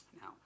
Now